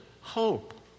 hope